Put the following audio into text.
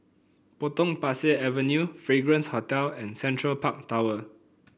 Potong Pasir Avenue Fragrance Hotel and Central Park Tower